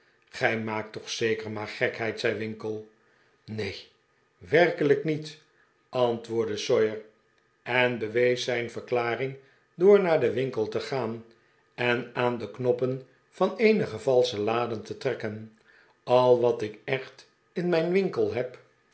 gij maakt toch zeker maar gekheid zei winkle neen werkelijk niet antwoordde sawyer en bewees zijn verklaring door naar den winkel te gaan en aan de knoppen van eenige valsche laden te trekken a wat ik echt in mijn winkel heb